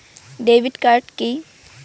Debit card key?